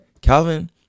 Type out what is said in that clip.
Calvin